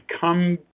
come